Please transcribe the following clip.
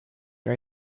got